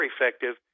effective